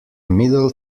middle